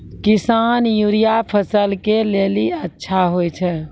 किसान यूरिया फसल के लेली अच्छा होय छै?